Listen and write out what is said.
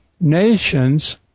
nations